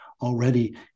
already